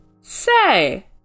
Say